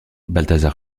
balthazar